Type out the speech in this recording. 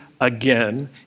again